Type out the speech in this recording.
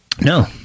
No